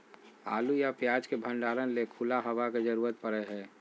आलू या प्याज के भंडारण ले खुला हवा के जरूरत पड़य हय